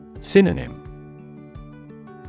Synonym